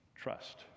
trust